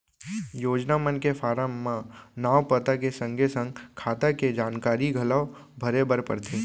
योजना मन के फारम म नांव, पता के संगे संग खाता के जानकारी घलौ भरे बर परथे